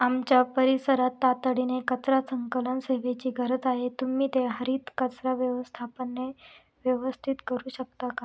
आमच्या परिसरात तातडीने कचरा संकलन सेवेची गरज आहे तुम्ही ते हरित कचरा व्यवस्थापनाने व्यवस्थित करू शकता का